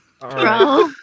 bro